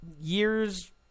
years